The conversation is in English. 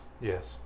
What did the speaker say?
yes